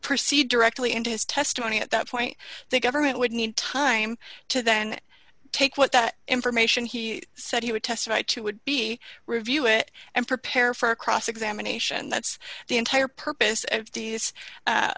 proceed directly into his testimony at that point the government would need time to then take what that information he said he would testify to would be review it and prepare for cross examination that's the entire purpose of